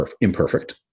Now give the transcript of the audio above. imperfect